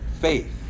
faith